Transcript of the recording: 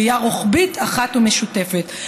ראייה רוחבית אחת ומשותפת.